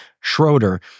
Schroeder